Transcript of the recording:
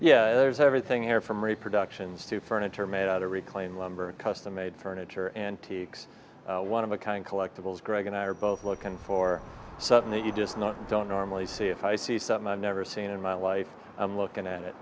yeah there's everything here from reproductions to furniture made out to reclaim lumber a custom made furniture antiques one of the kind collectibles greg and i are both looking for something that you just not don't normally see if i see some i've never seen in my life i'm looking at it